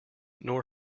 nor